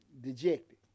dejected